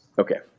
Okay